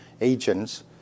agents